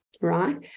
right